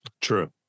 True